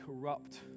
corrupt